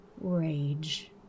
rage